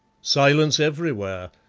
silence everywhere,